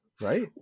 right